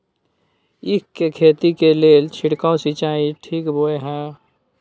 ईख के खेती के लेल छिरकाव सिंचाई ठीक बोय ह?